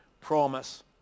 promise